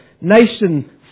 nation